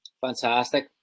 Fantastic